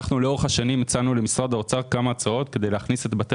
אנחנו לאורך השנים הצענו למשרד האוצר כמה הצעות כדי להכניס את בתי